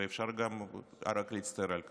ואפשר רק להצטער על כך.